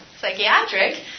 psychiatric